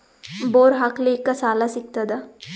Bore ಹಾಕಲಿಕ್ಕ ಸಾಲ ಸಿಗತದ?